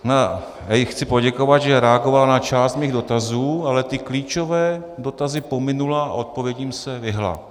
Já jí chci poděkovat, že reagovala na část mých dotazů, ale ty klíčové dotazy pominula a odpovědím se vyhnula.